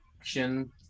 action